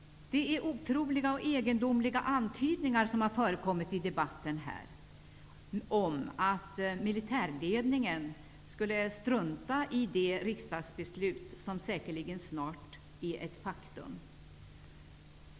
Det är otroliga och egendomliga antydningar som har förekommet i debatten om att militärledningen skulle strunta i det riksdagsbeslut som säkerligen snart är ett faktum.